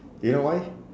you know why